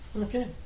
Okay